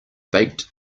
baked